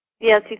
Yes